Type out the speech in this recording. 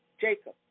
Jacob